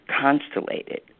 constellated